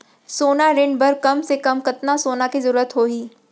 सोना ऋण बर कम से कम कतना सोना के जरूरत होही??